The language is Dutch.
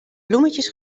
bloemetjes